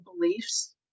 beliefs